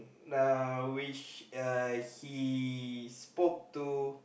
uh which uh he spoke to